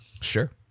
Sure